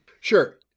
Sure